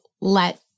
let